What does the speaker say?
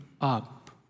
up